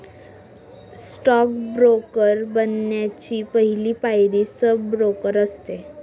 stock broker बनण्याची पहली पायरी सब ब्रोकर असते